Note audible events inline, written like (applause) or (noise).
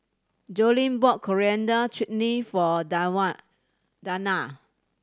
Joline bought Coriander Chutney for (unintelligible) Dawna